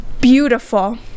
beautiful